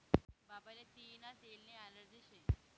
बाबाले तियीना तेलनी ॲलर्जी शे